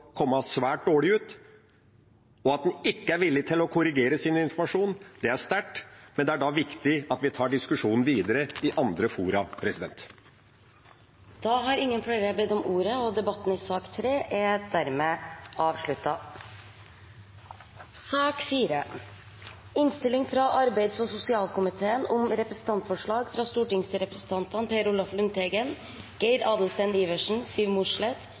komme svært dårlig ut. At en ikke er villig til å korrigere sin informasjon, er sterkt, men det er da viktig at vi tar diskusjonen videre i andre fora. Flere har ikke bedt om ordet til sak nr. 3. Etter ønske fra arbeids- og sosialkomiteen vil presidenten foreslå at taletiden blir begrenset til 3 minutter til hver partigruppe og